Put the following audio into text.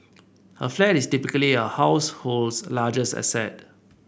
a flat is typically a household's largest asset